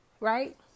right